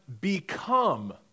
become